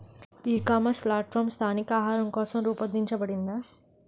ఈ ecommerce platform స్థానిక ఆహారం కోసం రూపొందించబడిందా?